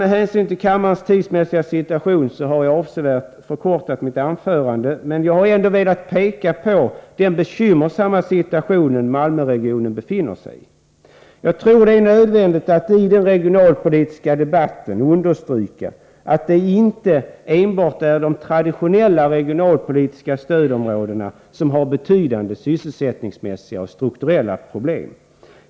Med hänsyn till kammarens tidsmässiga situation har jag avsevärt förkortat mitt anförande, men jag har ändå velat peka på den bekymmersamma situation Malmöregionen befinner sig i. Jag tror det är nödvändigt att i den regionalpolitiska debatten understryka att det inte enbart är de traditionella regionalpolitiska stödområdena som har betydande sysselsättningsmässiga och strukturella problem.